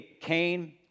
Cain